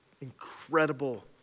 Incredible